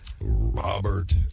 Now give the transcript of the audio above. Robert